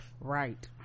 right